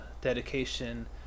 dedication